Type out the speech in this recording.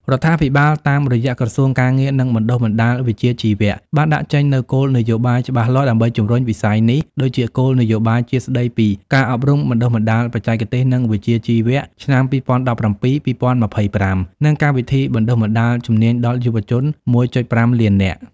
រដ្ឋាភិបាលតាមរយៈក្រសួងការងារ និងបណ្តុះបណ្តាលវិជ្ជាជីវៈ បានដាក់ចេញនូវគោលនយោបាយច្បាស់លាស់ដើម្បីជំរុញវិស័យនេះ ដូចជាគោលនយោបាយជាតិស្តីពី ការអប់រំបណ្តុះបណ្តាលបច្ចេកទេស និងវិជ្ជាជីវៈ ឆ្នាំ២០១៧-២០២៥ និងកម្មវិធីបណ្តុះបណ្តាលជំនាញដល់យុវជន ១.៥ លាននាក់។